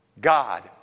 God